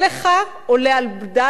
עולה על בדל דעתך,